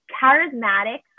charismatic